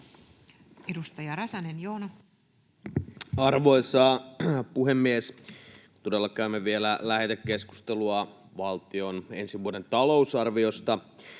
14:26 Content: Arvoisa puhemies! Todella käymme vielä lähetekeskustelua valtion ensi vuoden talousarviosta